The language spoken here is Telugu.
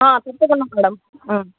తప్పకుండా మేడమ్